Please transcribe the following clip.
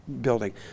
building